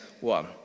one